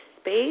space